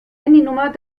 handynummer